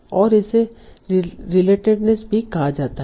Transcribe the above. और इसे रिलेटेडनेस भी कहा जाता है